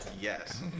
yes